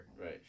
right